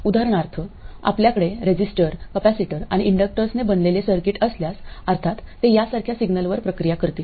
उदाहरणार्थ आपल्याकडे resistor capacitor आणि इंडक्टर्सने बनलेले सर्किट असल्यास अर्थात ते यासारख्या सिग्नलवर प्रक्रिया करतील